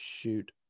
shoot